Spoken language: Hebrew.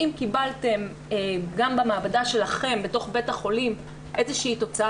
אם קיבלתם גם במעבדה שלכם בתוך בית החולים תוצאה